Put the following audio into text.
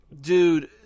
Dude